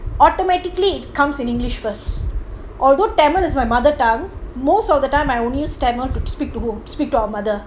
automatically comes in english first although tamil is my mother tongue most of the time I only use tamil to speak to who speak to our mother